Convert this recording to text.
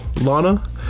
Lana